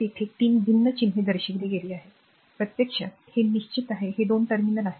तर तिथे 3 भिन्न चिन्हे दर्शविली गेली आहेत प्रत्यक्षात हे निश्चित आहे हे 2 टर्मिनल आहेत